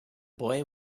boy